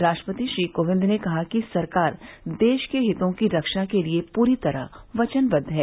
राष्ट्रपति श्री कोविंद ने कहा कि सरकार देश के हितों की रक्षा के लिए पूरी तरह वचनबद्व है